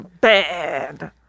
bad